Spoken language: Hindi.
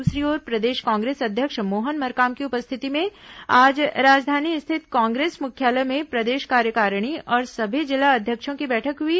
दूसरी ओर प्रदेश कांग्रेस अध्यक्ष मोहन मरकाम की उपस्थिति में आज राजधानी स्थित कांग्रेस मुख्यालय में प्रदेश कार्यकारिणी और सभी जिला अध्यक्षों की बैठक हुई